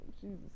Jesus